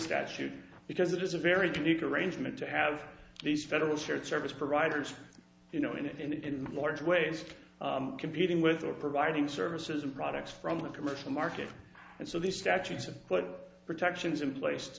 statute because it is a very unique arrangement to have these federal shared service providers you know in large ways competing with or providing services and products from the commercial market and so these statutes are put protections in place to